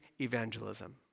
evangelism